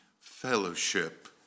Fellowship